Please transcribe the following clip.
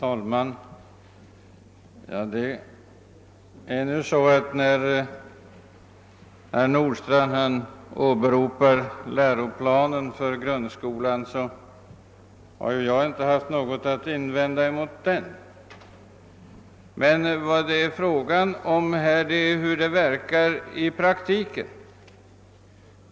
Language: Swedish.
Herr talman! Herr Nordstrandh åberopar läroplanen för grundskolan. Jag har ju inte haft något att invända mot den, men vad det är fråga om här är hur detta verkar i praktiken.